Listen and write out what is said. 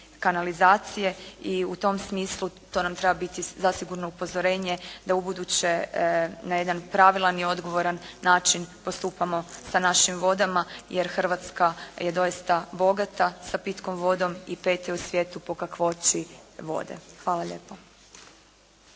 i u tom smislu to nam treba biti zasigurno upozorenje da ubuduće na jedan pravilan i odgovoran način postupamo sa našim vodama jer Hrvatska je doista bogata sa pitkom vodom i 5. je u svijetu po kakvoći vode. Hvala lijepa.